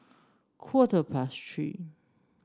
quarter past Three